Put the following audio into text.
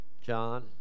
John